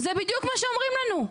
זה בדיוק מה שאומרים לנו.